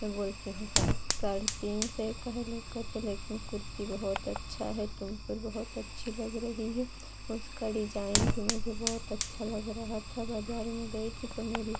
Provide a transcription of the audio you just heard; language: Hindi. मैं बोलती हूँ सा साढ़े तीन सौ का है लोग कहते हैं लेकिन कुर्ती बहुत अच्छी है तुम पर बहुत अच्छी लग रही है उसका डिजाईन भी मुझे बहुत अच्छा लग रहा था मैं बाज़ार में गई थी तो मेरी